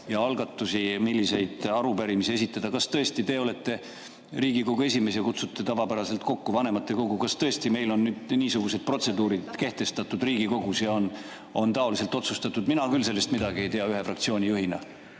algatusi, milliseid arupärimisi esitada. Kas tõesti? Te olete Riigikogu esimees ja kutsute tavapäraselt kokku vanematekogu. Kas tõesti meil on niisugused protseduurid kehtestatud Riigikogus ja on taoliselt otsustatud? Mina küll sellest midagi ei tea, ühe fraktsiooni juhina.